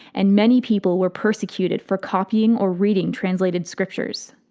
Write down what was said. and many people were persecuted for copying or reading translated scriptures.